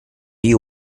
you